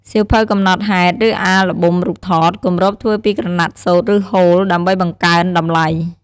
សៀវភៅកំណត់ហេតុ ឬអាល់ប៊ុមរូបថត គម្របធ្វើពីក្រណាត់សូត្រ ឬហូល ដើម្បីបង្កើនតម្លៃ។